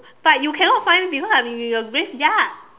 but you cannot find me because I'm in the graveyard